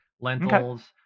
Lentils